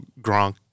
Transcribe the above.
Gronk